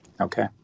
Okay